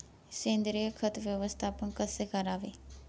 सेंद्रिय खत व्यवस्थापन कसे करावे?